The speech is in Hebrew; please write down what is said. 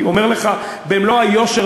אני אומר לך במלוא היושר,